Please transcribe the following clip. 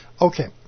Okay